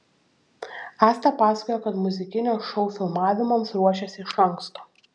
asta pasakojo kad muzikinio šou filmavimams ruošėsi iš anksto